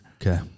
okay